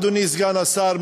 אדוני סגן השר,